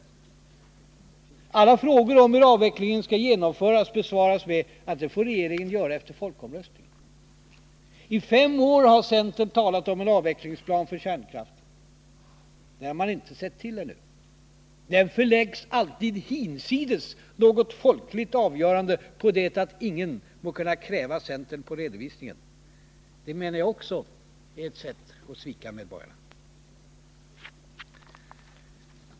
På alla frågor om hur avvecklingen skall genomföras svarar man att det får regeringen ta itu med efter folkomröstningen. I fem år har centern talat om en avvecklingsplan för kärnkraften. Den har man ännu inte sett till. Den förläggs alltid hinsides något folkligt avgörande på det att ingen må kunna avkräva centern en redovisning. Men det är också ett sätt att svika medborgarna.